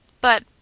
But